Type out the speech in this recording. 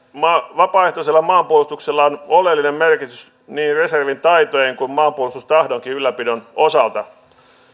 vapaaehtoisella maanpuolustuksella on oleellinen merkitys niin reservin taitojen kuin maanpuolustustahdonkin ylläpidon osalta